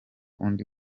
undi